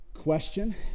question